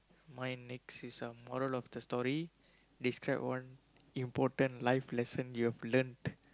my next is uh moral of the story describe one important life lesson you've learnt